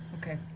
okay.